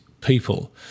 people